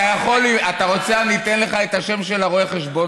אני אספר לך,